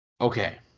Okay